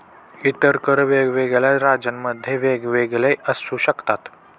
इतर कर वेगवेगळ्या राज्यांमध्ये वेगवेगळे असू शकतात